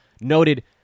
noted